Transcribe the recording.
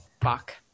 Fuck